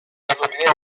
évoluait